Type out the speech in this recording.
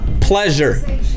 Pleasure